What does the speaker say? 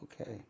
Okay